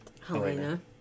Helena